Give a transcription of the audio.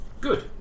good